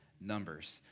numbers